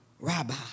Rabbi